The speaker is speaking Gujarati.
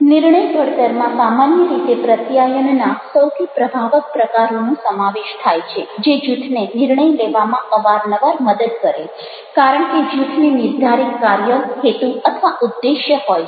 નિર્ણય ઘડતરમાં સામાન્ય રીતે પ્રત્યાયનના સૌથી પ્રભાવક પ્રકારોનો સમાવેશ થાય છે જે જૂથને નિર્ણય લેવામાં અવારનવાર મદદ કરે કારણ કે જૂથને નિર્ધારિત કાર્ય હેતુ અથવા ઉદ્દેશ્ય હોય છે